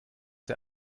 der